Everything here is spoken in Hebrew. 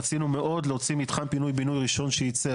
רצינו מאוד להוציא מתחם פינוי בינוי ראשון שייצא.